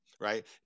right